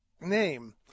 name